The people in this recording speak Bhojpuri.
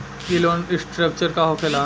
ई लोन रीस्ट्रक्चर का होखे ला?